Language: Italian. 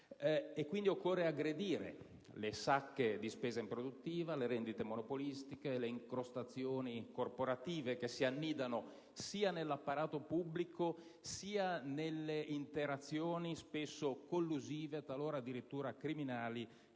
pertanto aggredire le sacche di spesa improduttiva, le rendite monopolistiche, le incrostazioni corporative che si annidano sia nell'apparato pubblico sia nelle interazioni spesso collusive e talora addirittura criminali